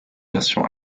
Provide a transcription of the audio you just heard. version